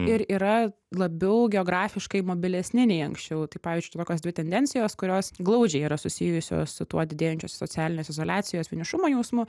ir yra labiau geografiškai mobilesni nei anksčiau tai pavyzdžiui tokios dvi tendencijos kurios glaudžiai yra susijusios su tuo didėjančiu socialinės izoliacijos vienišumo jausmu